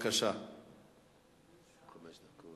גילדות שמרוויחות הון כסף ומעסיקות עובדי קבלן,